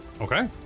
Okay